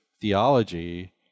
theology